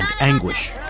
anguish